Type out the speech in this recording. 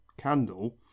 candle